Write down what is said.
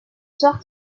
sort